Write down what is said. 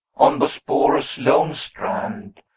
on bosporus' lone strand,